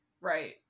Right